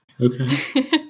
okay